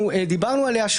שדיברנו עליה,